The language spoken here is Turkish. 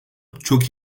çok